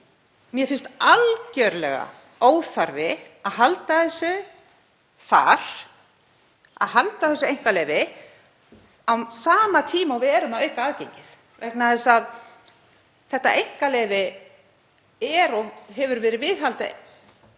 Mér finnst alger óþarfi að halda þessu þar, að halda þessu einkaleyfi á sama tíma og við erum að auka aðgengið, vegna þess að þessu einkaleyfi er og hefur verið viðhaldið,